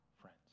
friends